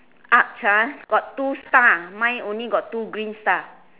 arch ah got two star mine only got two green star